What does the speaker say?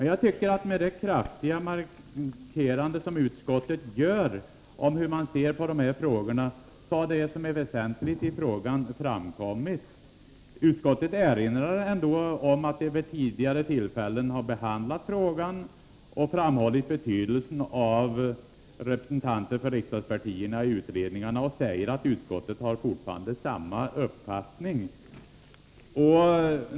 Jag tycker dock att med den kraftiga markering utskottet gör av hur utskottet ser på dessa frågor har det som är väsentligt i frågan framkommit. Utskottet har ändå erinrat om att det vid tidigare tillfällen behandlat frågan och framhållit betydelsen av att ha representanter för riksdagspartierna i utredningarna. Utskottet säger att det fortfarande har samma uppfattning.